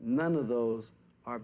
none of those are